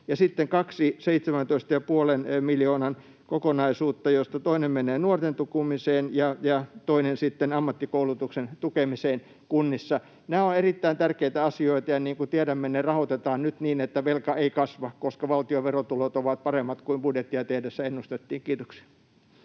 sitten kaksi 17,5 miljoonan kokonaisuutta, joista toinen menee nuorten tukemiseen ja toinen sitten ammattikoulutuksen tukemiseen kunnissa. Nämä ovat erittäin tärkeitä asioita, ja niin kuin tiedämme, ne rahoitetaan nyt niin, että velka ei kasva, koska valtion verotulot ovat paremmat kuin budjettia tehdessä ennustettiin. — Kiitoksia.